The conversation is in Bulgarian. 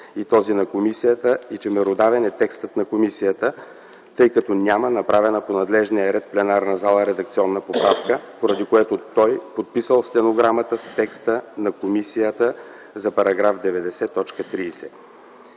и този на комисията и че, меродавен е текстът на комисията, тъй като няма направена по надлежния ред в пленарна зала редакционна поправка, поради което той подписал стенограмата с текста на комисията за § 90, т.